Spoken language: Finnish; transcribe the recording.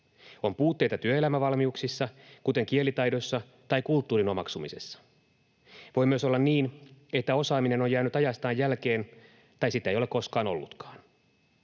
On puutteita työelämävalmiuksissa, kuten kielitaidossa tai kulttuurin omaksumisessa. Voi myös olla niin, että osaaminen on jäänyt ajastaan jälkeen tai sitä ei ole koskaan ollutkaan.